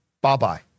bye-bye